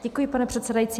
Děkuji, pane předsedající.